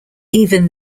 even